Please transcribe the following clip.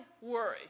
worry